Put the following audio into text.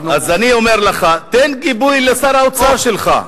אנחנו, אז אני אומר לך, תן גיבוי לשר האוצר שלך.